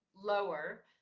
lower